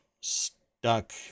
stuck